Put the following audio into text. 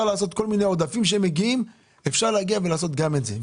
באמצעות כל מיני עודפים שמגיעים לעשות גם את זה.